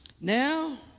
Now